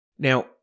Now